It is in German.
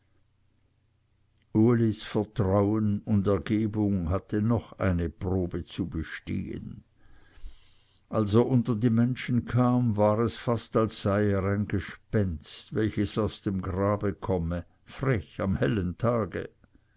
vertrauen und ergebung hatte noch eine probe zu bestehen als er unter die menschen kam war es fast als sei er ein gespenst welches aus dem grabe komme frech am hellen tage